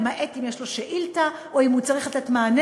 למעט אם יש לו שאילתה או אם הוא צריך לתת מענה,